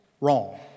wrong